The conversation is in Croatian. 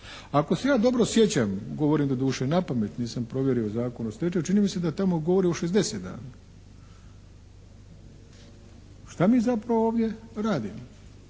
Ako se ja dobro sjećam, govorim doduše napamet, nisam provjerio u Zakonu o stečaju, čini mi se da tamo govori o 60 dana. Šta mi zapravo ovdje radimo?